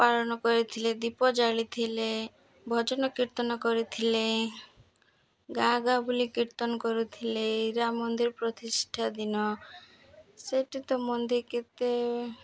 ପାଳନ କରିଥିଲେ ଦୀପ ଜାଳି ଥିଲେ ଭଜନ କୀର୍ତ୍ତନ କରିଥିଲେ ଗାଁ ଗାଁ ବୁଲି କୀର୍ତ୍ତନ କରୁଥିଲେ ରାମ ମନ୍ଦିର ପ୍ରତିଷ୍ଠା ଦିନ ସେଇଠି ତ କେତେ